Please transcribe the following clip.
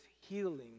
healing